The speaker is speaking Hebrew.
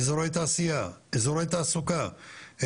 לא יכול להיות שזכויות ממקרקעין ללולים